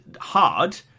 hard